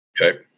okay